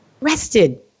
rested